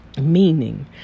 meaning